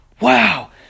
Wow